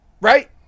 right